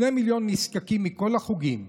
2 מיליון נזקקים מכל החוגים,